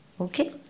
okay